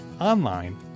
online